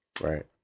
right